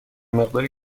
مقداری